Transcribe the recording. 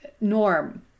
norm